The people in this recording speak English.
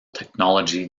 technology